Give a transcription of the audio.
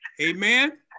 Amen